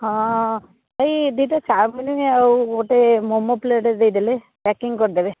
ହଁ ଏଇ ଦୁଇ'ଟା ଚାଉମିନ୍ ଆଉ ଗୋଟେ ମୋମୋ ପ୍ଲେଟ୍ ଦେଇଦେଲେ ପେକିଙ୍ଗ୍ କରିଦେବେ